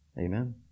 Amen